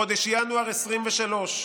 בחודש ינואר 2023: